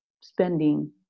spending